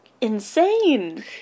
insane